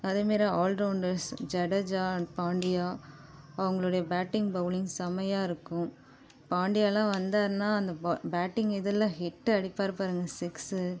அதேமாதிரி all rounders Jadeja and Pandya அவங்களுடைய batting bowling செம்மையாக இருக்கும் பாண்டியாலாம் வந்தாருன்னால் அந்த ப பேட்டிங் இதில் ஹிட்டு அடிப்பார் பாருங்கள் சிக்ஸு